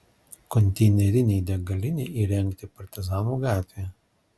konteinerinei degalinei įrengti partizanų gatvėje